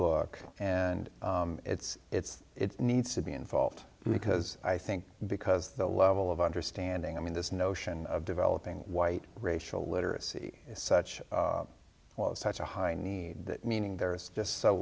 book and it's it's it needs to be involved because i think because the level of understanding i mean this notion of developing white racial literacy is such was such a high need that meaning there is just so